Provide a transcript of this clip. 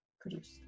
produce